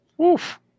Oof